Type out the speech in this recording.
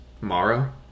Mara